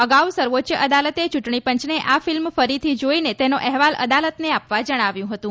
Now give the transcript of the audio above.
અગાઉ સર્વોચ્ય અદાલતે ચૂંટણી પંચને આ ફિલ્મ ફરીથી જોઈને તેનો અહેવાલ અદાલતને આપવા જણાવ્યં હતું